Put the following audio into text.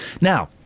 now